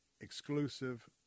exclusive